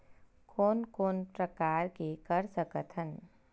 कोन कोन प्रकार के कर सकथ हन?